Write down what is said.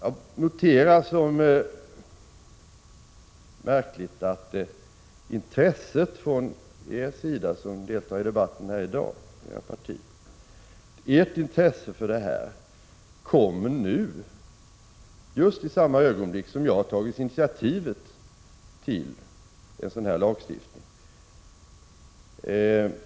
Jag ser det som märkligt att intresset från de partiföreträdare som deltar i debatten här i dag kommer nu, just i samma ögonblick som jag har tagit initiativet till en sådan här lagstiftning.